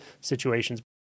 situations